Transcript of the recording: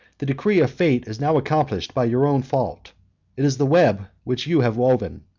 the decree of fate is now accomplished by your own fault it is the web which you have woven,